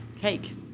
cake